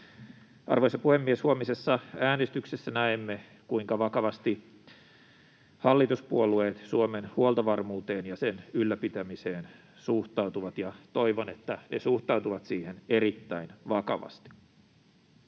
Arvoisa puhemies! Huomisessa äänestyksessä näemme, kuinka vakavasti hallituspuolueet Suomen huoltovarmuuteen ja sen ylläpitämiseen suhtautuvat, ja toivon, että he suhtautuvat siihen erittäin vakavasti.